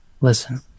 listen